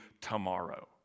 tomorrow